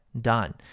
done